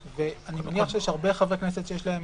ואני מניח שיש הרבה חברי כנסת שיש להם